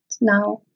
now